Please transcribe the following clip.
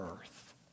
earth